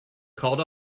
called